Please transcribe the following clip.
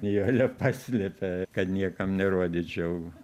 nijolė paslėpė kad niekam nerodyčiau